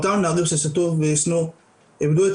אותם נערים ששתו ועישנו איבדו את